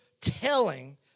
telling